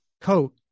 coat